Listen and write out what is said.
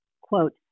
quote